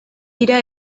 dira